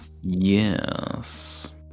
Yes